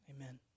Amen